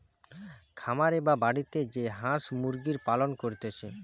খামারে বা বাড়িতে যে হাঁস মুরগির পালন করতিছে